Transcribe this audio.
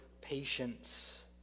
patience